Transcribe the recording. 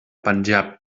panjab